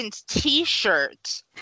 t-shirt